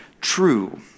true